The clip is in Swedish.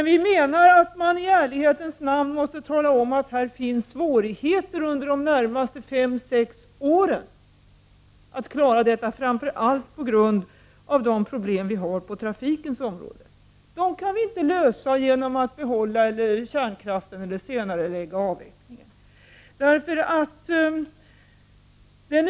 I ärlighetens namn menar vi dock att man måste tala om att det kommer att finnas svårigheter med att klara av detta under de närmaste fem till sex åren, framför allt på grund av de problem vi har på trafikens område. Dem kan vi inte lösa genom att antingen behålla kärnkraften eller senarelägga av vecklingen.